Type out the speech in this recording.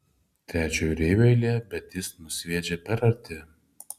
trečio jūreivio eilė bet jis nusviedžia per arti